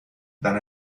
dan